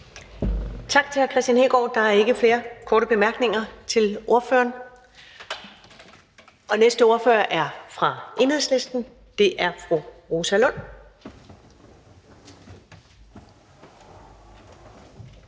Tak til hr. Kristian Hegaard. Der er ikke flere korte bemærkninger til ordføreren. Næste ordfører er fra Enhedslisten, og det er fru Rosa Lund.